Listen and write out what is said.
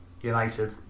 United